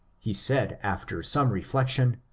he said after some reflection,